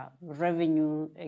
revenue